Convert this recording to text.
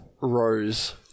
Rose